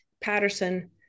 Patterson